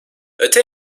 öte